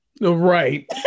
Right